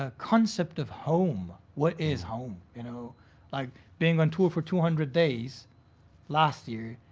ah concept of home, what is home? you know like, being on tour for two hundred days last year,